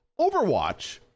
Overwatch